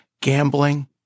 Gambling